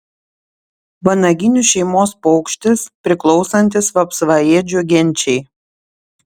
vanaginių šeimos paukštis priklausantis vapsvaėdžių genčiai